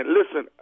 Listen